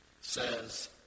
says